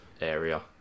area